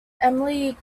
emily